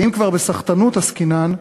ואם כבר בסחטנות עסקינן,